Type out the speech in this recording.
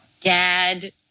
Dad